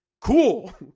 cool